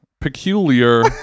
peculiar